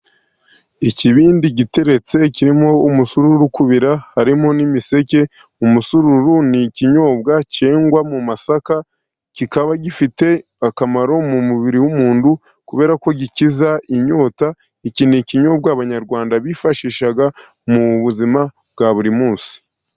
Ikibindi giteretse kirimo umusururu uri kubira harimo n'imiseke. Umusururu ni ikinyobwa cyengwa mu masaka, kikaba gifite akamaro mu mubiri w'umuntu kubera ko gikiza inyota, iki ni ikinyobwa abanyarwanda bifashishaga mu buzima bwa buri munsi.